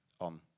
on